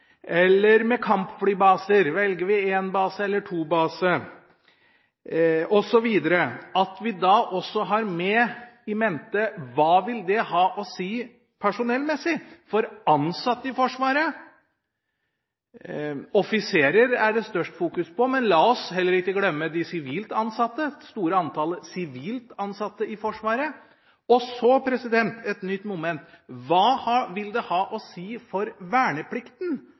eller for kampflybaser – velger vi én base eller to baser osv. – må vi også ha i mente hva det vil ha å si personellmessig, for ansatte i Forsvaret. Offiserer er det størst fokus på, men la oss heller ikke glemme det store antallet sivilt ansatte i Forsvaret. Og så et nytt moment: Hva vil det ha å si for verneplikten